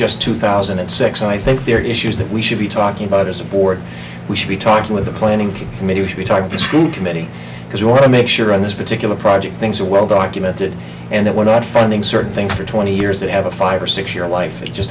just two thousand and six and i think there are issues that we should be talking about as a board we should be talking with the planning committee usually type of school committee because we want to make sure in this particular project things are well documented and that we're not funding certain things for twenty years that have a five or six year life it just